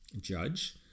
judge